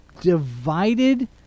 divided